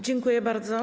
Dziękuję bardzo.